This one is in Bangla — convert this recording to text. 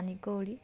পানকৌড়ি